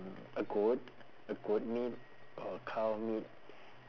a goat a goat meat or cow meat